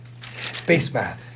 Basemath